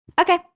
Okay